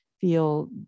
feel